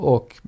Och